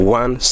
one